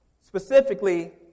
Specifically